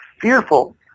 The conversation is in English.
fearful